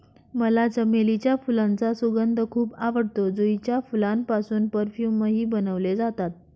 मला चमेलीच्या फुलांचा सुगंध खूप आवडतो, जुईच्या फुलांपासून परफ्यूमही बनवले जातात